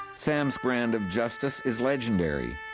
sam's brand of justice is legendary.